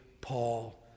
Paul